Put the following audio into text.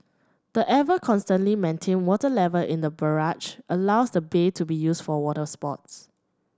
the ever constantly maintained water level in the barrage allows the bay to be used for water sports